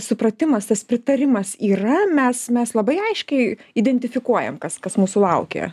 supratimas tas pritarimas yra mes mes labai aiškiai identifikuojam kas kas mūsų laukia